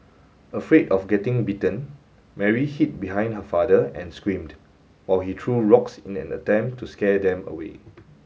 afraid of getting bitten Mary hid behind her father and screamed while he threw rocks in an attempt to scare them away